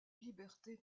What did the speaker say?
liberté